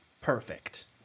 perfect